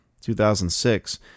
2006